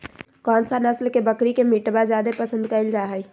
कौन सा नस्ल के बकरी के मीटबा जादे पसंद कइल जा हइ?